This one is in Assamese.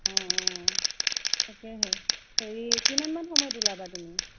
অ' অ' তাকেহে হেৰি কিমানমান সময়ত ওলাবা তুমি